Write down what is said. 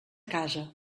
casa